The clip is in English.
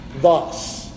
thus